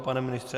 Pane ministře?